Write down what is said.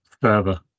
further